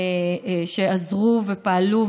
שעזרו ופעלו,